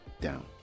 down